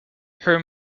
her